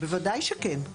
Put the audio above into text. בוודאי שכן.